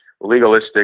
legalistic